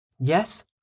Yes